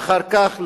ואחר כך מוזיאון.